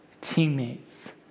teammates